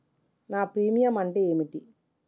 నా ప్రీమియం అంటే ఏమిటి?